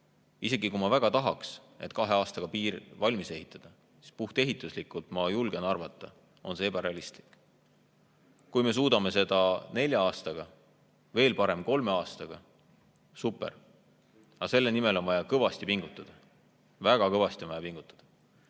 isegi kui ma väga tahaks, et kahe aastaga piir valmis ehitataks, siis puhtehituslikult, ma julgen arvata, on see ebarealistlik. Kui me suudame seda nelja aastaga, veel parem kolme aastaga – super! Aga selle nimel on vaja kõvasti pingutada, väga kõvasti pingutada.